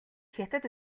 хятад